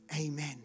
Amen